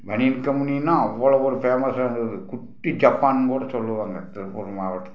பனியன் கம்மனினால் அவ்வளோ ஒரு ஃபேமஸாக இருந்தது குட்டி ஜப்பான் கூட சொல்லுவாங்க திருப்பூர் மாவட்டத்தை